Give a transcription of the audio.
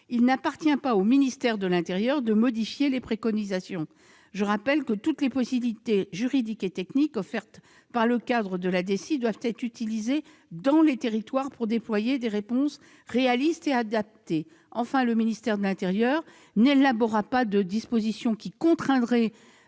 s'agissant des compétences relevant des collectivités territoriales. Je rappelle que toutes les possibilités juridiques et techniques offertes dans le cadre de la DECI doivent être utilisées dans les territoires pour déployer des réponses réalistes et adaptées. Enfin, le ministère de l'intérieur n'élaborera pas de dispositions qui contraindraient